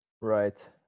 Right